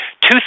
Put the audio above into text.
two